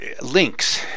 links